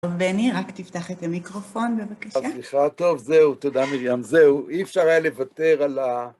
בני, רק תפתח את המיקרופון, בבקשה. סליחה טוב, זהו, תודה מרים, זהו. אי אפשר היה לוותר על ה...